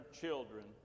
children